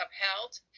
upheld